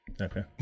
Okay